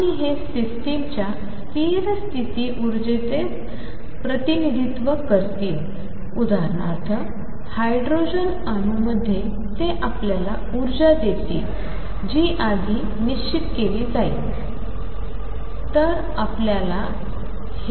आणि हे सिस्टमच्या स्थिर स्थिति ऊर्जेचे प्रतिनिधित्व करतील उदाहरणार्थ हायड्रोजन अणूमध्ये ते आपल्याला ऊर्जा देतील जी आधी निश्चित केली जाईल